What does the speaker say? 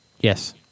Yes